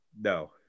No